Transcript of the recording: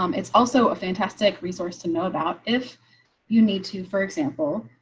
um it's also a fantastic resource to know about. if you need to, for example,